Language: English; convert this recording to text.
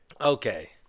Okay